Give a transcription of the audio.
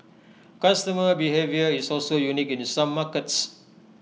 customer behaviour is also unique in some markets